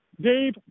Dave